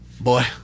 Boy